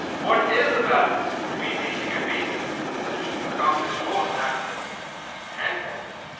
what is the balance between teaching and research that will accomplish both access and quality?